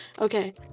Okay